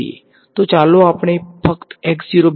તો ચાલો આપણે ફક્ત લખીએ